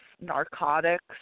narcotics